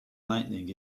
lighting